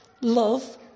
Love